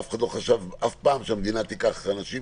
אף אחד לא חשב אף פעם שהמדינה תיקח אנשים